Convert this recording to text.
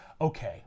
okay